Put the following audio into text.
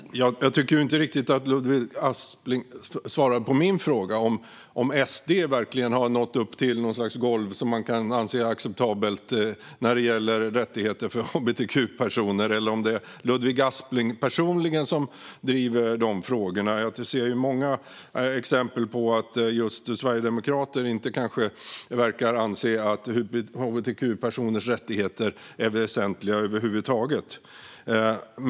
Herr talman! Jag tycker inte riktigt att Ludvig Aspling svarar på min fråga om SD verkligen har nått upp till något slags golv som man kan anse acceptabelt när det gäller rättigheter för hbtq-personer eller om det är Ludvig Aspling personligen som driver de frågorna. Jag ser många exempel på att just sverigedemokrater inte verkar anse att hbtq-personers rättigheter är väsentliga över huvud taget.